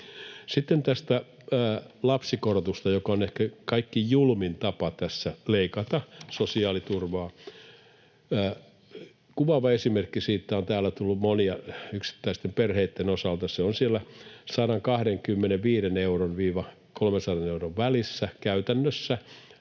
Sitten tästä lapsikorotuksesta, joka on ehkä kaikkein julmin tapa tässä leikata sosiaaliturvaa. Kuvaavia esimerkkejä siitä on täällä tullut monien yksittäisten perheitten osalta. Ne ovat siellä 125 euron ja 300 euron välissä käytännössä,